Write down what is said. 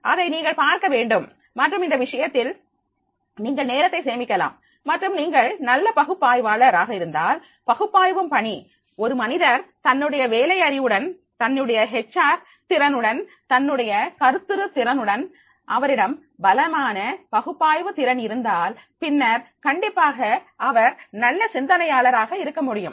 அதை நீங்கள் பார்க்க வேண்டும் மற்றும் இந்த விஷயத்தில் நீங்கள் நேரத்தை சேமிக்கலாம் மற்றும் நீங்கள் நல்ல பகுப்பாய்வாளர் ஆக இருந்தால் பகுப்பாய்வும் பணி ஒரு மனிதர் தன்னுடைய வேலை அறிவுடன் தன்னுடைய ஹெச் ஆர் திறனுடன் தன்னுடைய கருத்துரு திறனுடன் அவரிடம் பலமான பகுப்பாய்வு திறன் இருந்தால் பின்னர் கண்டிப்பாக அவர் நல்ல சிந்தனையாளராக இருக்க முடியும்